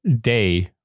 day